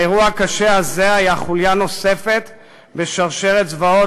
האירוע הקשה הזה היה חוליה נוספת בשרשרת זוועות